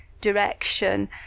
direction